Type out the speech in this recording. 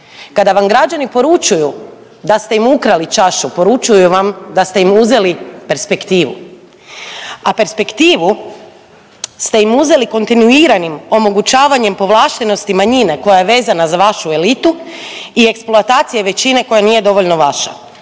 Kada vam građani poručuju da ste im ukrali čašu poručuju vam da ste im uzeli perspektivu, a perspektivu ste im uzeli kontinuiranim omogućavanjem povlaštenosti manjine koja je vezana za vašu elitu i eksploatacije većine koja nije dovoljno vaša.